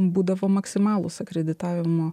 būdavo maksimalūs akreditavimo